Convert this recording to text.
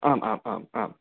आम् आम् आम् आम्